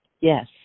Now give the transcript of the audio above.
Yes